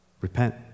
repent